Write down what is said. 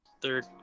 third